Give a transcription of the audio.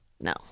No